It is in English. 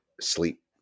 sleep